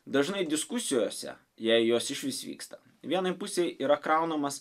dažnai diskusijose jei jos išvis vyksta vienai pusei yra kraunamas